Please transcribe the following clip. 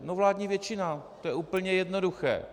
No, vládní většina, to je úplně jednoduché.